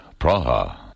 Praha